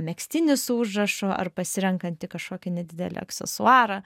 megztinį su užrašu ar pasirenkan tai kažkokį nedidelį aksesuarą